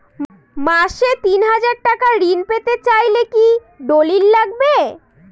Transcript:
মাসে তিন হাজার টাকা ঋণ পেতে চাইলে কি দলিল লাগবে?